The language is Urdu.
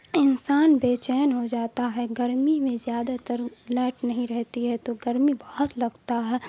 انسان بےچین ہو جاتا ہے گرمی میں زیادہ تر لائٹ نہیں رہتی ہے تو گرمی بہت لگتا ہے